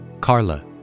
Carla